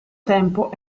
tempo